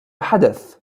حدث